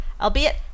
albeit